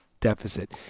deficit